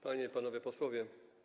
Panie i Panowie Posłowie!